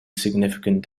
significant